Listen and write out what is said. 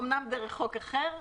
אמנם דרך חוק אחר,